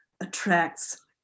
attracts